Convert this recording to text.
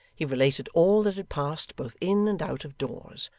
he related all that had passed both in and out of doors,